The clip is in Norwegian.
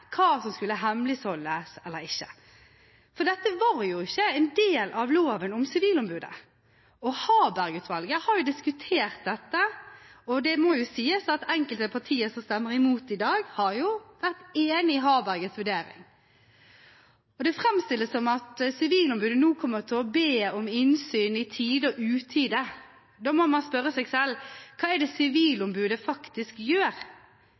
hva som skulle hemmeligholdes eller ikke. Dette var ikke en del av loven om Sivilombudet. Og Harberg-utvalget har diskutert dette. Det må sies at enkelte partier som stemmer imot i dag, har vært enig i Harberg-utvalgets vurdering. Det framstilles som om Sivilombudet nå kommer til å be om innsyn i tide og utide. Da må man spørre seg selv: Hva er det Sivilombudet faktisk gjør?